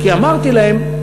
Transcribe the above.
כי, אמרתי להם,